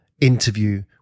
interview